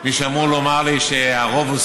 אחרי זה